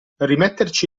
rimetterci